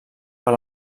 per